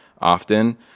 often